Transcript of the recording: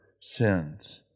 sins